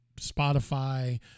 Spotify